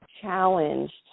challenged